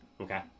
Okay